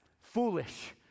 foolish